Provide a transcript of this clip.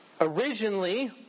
originally